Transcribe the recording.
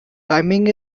timing